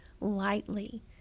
lightly